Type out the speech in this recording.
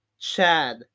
Chad